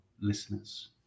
listeners